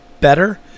better